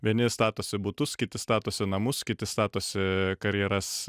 vieni statosi butus kiti statosi namus kiti statosi karjeras